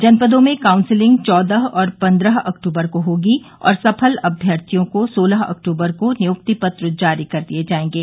जनपदों में काउंसलिंग चौदह और पन्द्रह अक्टूबर को होगी और सफल अभ्यर्थियों को सोलह अक्टूबर को नियुक्ति पत्र जारी कर दिए जाएंगे